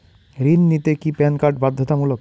ঋণ নিতে কি প্যান কার্ড বাধ্যতামূলক?